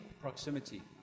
proximity